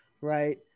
right